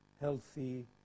healthy